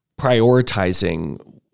prioritizing